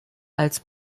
als